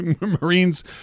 Marines